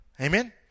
Amen